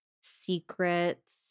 secrets